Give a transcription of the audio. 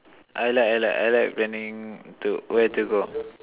I like I like I like planning to where to go